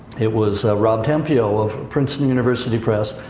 it was rob tempio of princeton university press.